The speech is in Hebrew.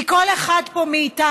כי כל אחד מאיתנו